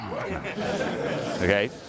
okay